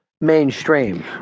mainstream